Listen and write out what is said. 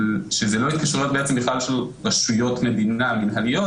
שהן לא התקשרויות בעצם בכלל של רשויות המדינה המינהליות,